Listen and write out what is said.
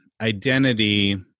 identity